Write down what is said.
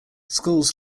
schools